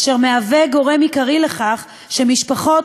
אשר מהווה גורם עיקרי לכך שמשפחות